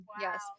Yes